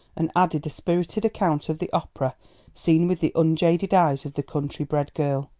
and added a spirited account of the opera seen with the unjaded eyes of the country-bred girl.